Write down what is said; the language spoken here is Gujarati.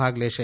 ભાગ લેશે